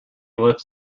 lifts